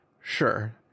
sure